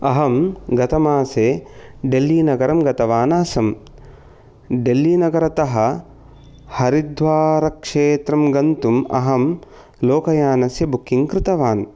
अहं गतमासे डेल्ली नगरं गतवान् आसम् डेल्लीनगरतः हरिद्वारक्षेत्रं गन्तुम् अहं लोकायानस्य बुकिङ्ग् कृतवान्